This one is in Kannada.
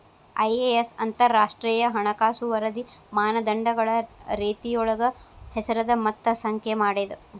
ಐ.ಎ.ಎಸ್ ಅಂತರಾಷ್ಟ್ರೇಯ ಹಣಕಾಸು ವರದಿ ಮಾನದಂಡಗಳ ರೇತಿಯೊಳಗ ಹೆಸರದ ಮತ್ತ ಸಂಖ್ಯೆ ಮಾಡೇದ